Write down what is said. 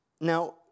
Now